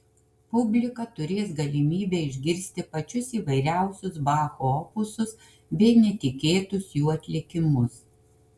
publika turės galimybę išgirsti pačius įvairiausius bacho opusus bei netikėtus jų atlikimus